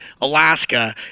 alaska